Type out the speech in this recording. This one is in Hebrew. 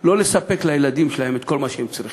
לא לספק לילדים שלהם את כל מה שהם צריכים.